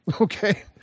Okay